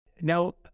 Now